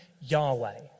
Yahweh